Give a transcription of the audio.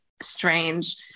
strange